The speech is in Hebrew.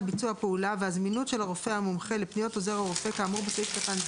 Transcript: לגבי אותן פעולות לפי סעיף 44א והוא רשאי לשנותה.